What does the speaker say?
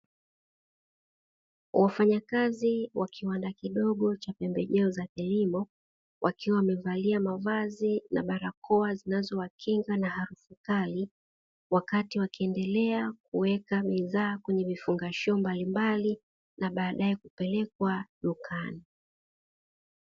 Wafanyakazi wa kiwanda kidogo cha pembejo za kilimo, wakiwa wamevalia mavazi na barakoa zinazo wakinga na harufu kali, wakati wakiendela kuweka bidhaa kwenye vifungashio mbalimbali, na baadae kupelekwa dukani.